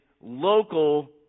local